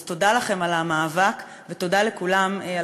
אז תודה לכם על המאבק ותודה לכולם על